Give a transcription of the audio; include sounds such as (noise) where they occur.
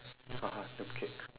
(laughs) okay